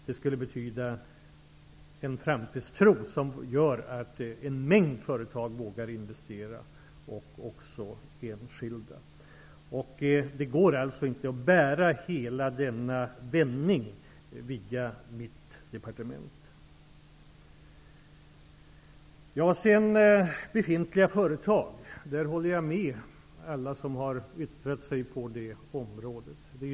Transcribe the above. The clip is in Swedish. Det skulle betyda en framtidstro som skulle göra att en mängd företag och enskilda skulle våga investera. Det går alltså inte att åstadkomma hela denna vändning via mitt departement. Jag håller med alla som har yttrat sig om befintliga företag.